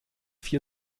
vier